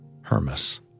Hermas